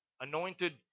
anointed